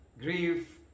grief